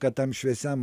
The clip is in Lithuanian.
kad tam šviesiam